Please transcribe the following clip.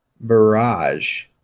Barrage